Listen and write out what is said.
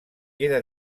queda